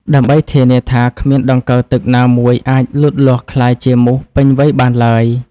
ដើម្បីធានាថាគ្មានដង្កូវទឹកណាមួយអាចលូតលាស់ក្លាយជាមូសពេញវ័យបានឡើយ។